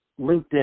LinkedIn